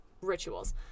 rituals